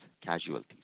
casualties